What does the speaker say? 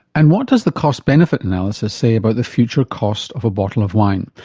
and what does the cost benefit analysis say about the future cost of a bottle of wine?